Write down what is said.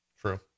True